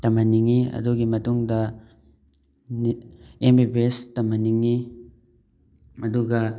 ꯇꯝꯍꯟꯅꯤꯡꯉꯤ ꯑꯗꯨꯒꯤ ꯃꯇꯨꯡꯗ ꯑꯦꯝ ꯕꯤ ꯕꯤ ꯑꯦꯁ ꯇꯝꯍꯟꯅꯤꯡꯉꯤ ꯑꯗꯨꯒ